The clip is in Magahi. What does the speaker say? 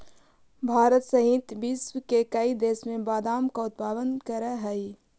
भारत सहित विश्व के कई देश बादाम का उत्पादन करअ हई